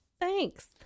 Thanks